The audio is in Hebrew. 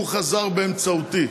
הוא חזר באמצעותי.